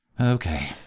Okay